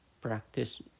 practice